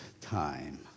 time